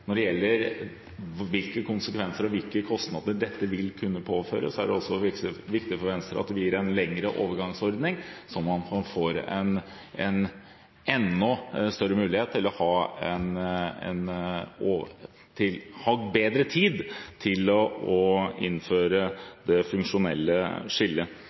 når det gjelder nettnøytralitet. Når det gjelder hvilke konsekvenser og kostnader dette vil kunne føre til, er det viktig for Venstre at det blir en lengre overgangsordning, så man får bedre tid til å innføre det funksjonelle skillet.